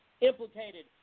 implicated